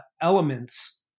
elements